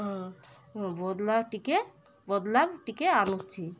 ହଁ ହଁ ବଦଲାବ ଟିକେ ବଦଲାବ ଟିକେ ଆଣୁଛି